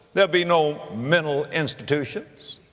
there'll be no mental institutions.